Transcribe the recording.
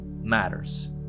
matters